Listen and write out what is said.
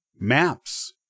maps